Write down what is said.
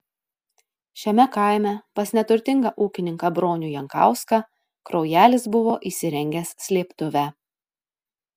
šiame kaime pas neturtingą ūkininką bronių jankauską kraujelis buvo įsirengęs slėptuvę